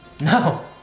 No